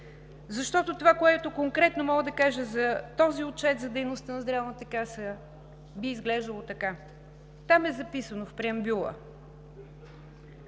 защото това, което конкретно мога да кажа за този отчет за дейността на Здравната каса, би изглеждало така. Там в преамбюла